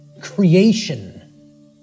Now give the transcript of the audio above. creation